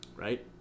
right